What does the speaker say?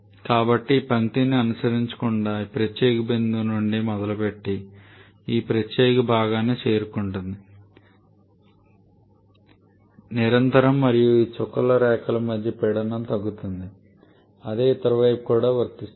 కాబట్టి ఇది ఈ పంక్తిని అనుసరించకుండా ఈ ప్రత్యేక బిందువు నుండి మొదలుపెట్టి ఈ ప్రత్యేక భాగానికి చేరుకుంటుంది నిరంతర మరియు ఈ చుక్కల రేఖల మధ్య పీడనం తగ్గుతుంది అదే ఇతర వైపు కూడా వర్తిస్తుంది